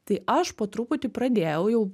tai aš po truputį pradėjau jau